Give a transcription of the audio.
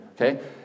okay